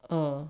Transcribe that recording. mm